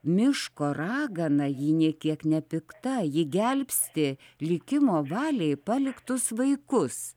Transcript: miško ragana ji nė kiek nepikta ji gelbsti likimo valiai paliktus vaikus